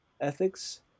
ethics